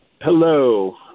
Hello